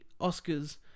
oscars